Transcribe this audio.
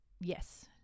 Yes